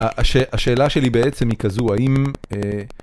השאלה שלי בעצם היא כזו, האם...